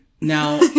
Now